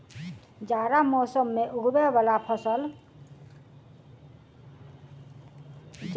जाड़ा मौसम मे उगवय वला फसल?